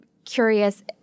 curious